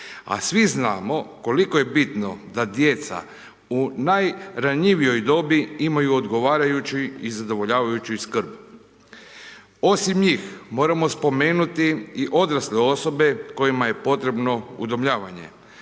A svi znamo koliko je bitno da djeca u najranjivijoj dobi imaju odgovarajuću i zadovoljavajuću skrb. Osim njih, moramo spomenuti i odrasle osobe kojima je potrebno udomljavanje.